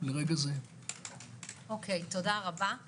תודה רבה.